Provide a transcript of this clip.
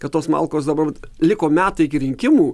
kad tos malkos dabar liko metai iki rinkimų